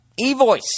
eVoice